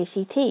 ACT